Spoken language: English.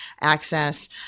access